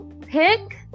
pick